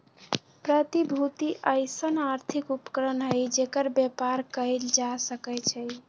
प्रतिभूति अइसँन आर्थिक उपकरण हइ जेकर बेपार कएल जा सकै छइ